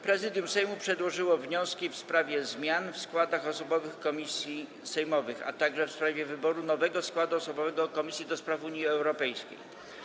Prezydium Sejmu przedłożyło wnioski: - w sprawie zmian w składach osobowych komisji sejmowych, - w sprawie wyboru nowego składu osobowego Komisji do Spraw Unii Europejskiej.